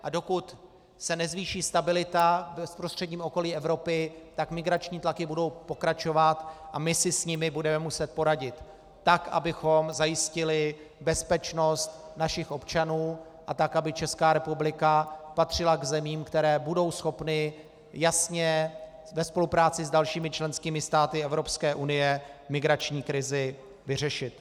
A dokud se nezvýší stabilita v bezprostředním okolí Evropy, tak migrační tlaky budou pokračovat a my si s nimi budeme muset poradit, tak abychom zajistili bezpečnost našich občanů a tak aby Česká republika patřila k zemím, které budou schopny jasně ve spolupráci s dalšími členskými státy Evropské unie migrační krizi vyřešit.